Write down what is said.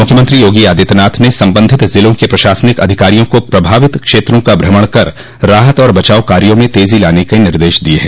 मुख्यमंत्री योगी आदित्यनाथ ने संबंधित जिलों के प्रशासनिक अधिकारियों को प्रभावित क्षेत्रों का भ्रमण कर राहत और बचाव कामों में तेजी लाने का निर्देश दिया है